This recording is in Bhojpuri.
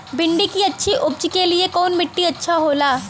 भिंडी की अच्छी उपज के लिए कवन मिट्टी अच्छा होला?